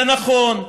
זה נכון,